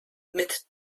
mit